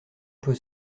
peut